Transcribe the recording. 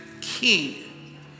king